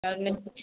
और नहीं